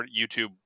YouTube